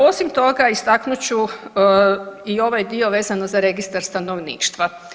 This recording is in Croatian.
Osim toga istaknut ću i ovaj dio vezano za registar stanovništva.